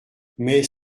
mais